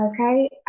okay